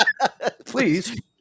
please